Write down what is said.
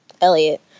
Elliot